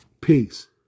Peace